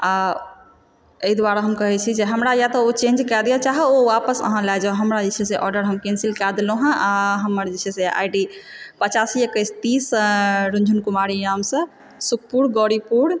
आ एहि दुआरे हम कहैत छी जे हमरा या तऽ ओ चेन्ज कए दिअ चाहे आपस लए जाउ हमरा जे छै से ऑर्डर हम कैन्सिल कै देलहुँ हँ आ हमर जे छै से आइ डी पचासी एकैस तीस रुनझुन कुमारी नामसँ सुखपुर गौरीपुर